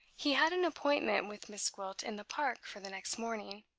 he had an appointment with miss gwilt in the park for the next morning.